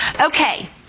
Okay